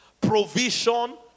provision